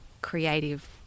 creative